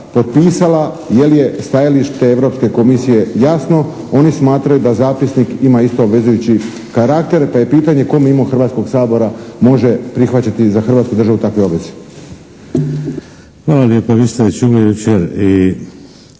potpisala? Jer je stajalište Europske komisije jasno. Oni smatraju da zapisnik ima isto obvezujući karakter pa je pitanje tko mimo Hrvatskog sabora može prihvaćati za Hrvatsku državu takve obveze. **Šeks, Vladimir